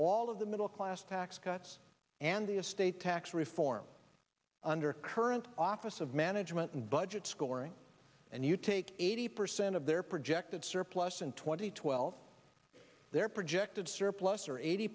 all of the middle class tax cuts and the estate tax reform under current office of management and budget scoring and you take eighty percent of their projected surplus in two thousand and twelve they're projected sir fluster eighty